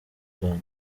rwanda